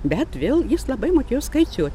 bet vėl jis labai mokėjo skaičiuot